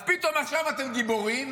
אז פתאום עכשיו אתם גיבורים,